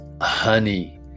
honey